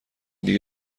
دیگه